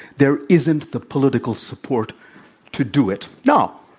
there isn't the political support to do it. now,